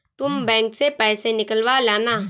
तुम बैंक से पैसे निकलवा लाना